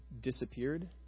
disappeared